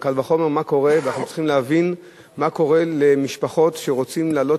קל וחומר אנחנו צריכים להבין מה קורה למשפחות שרוצות לעלות